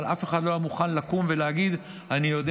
אבל אף אחד לא היה מוכן לקום ולהגיד: אני יודע